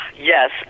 Yes